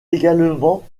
également